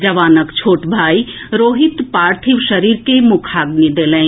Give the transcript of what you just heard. जवानक छोट भाई रोहित पार्थिव शरीर के मुखाग्नि देलनि